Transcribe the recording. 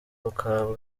bukaba